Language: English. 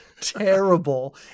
terrible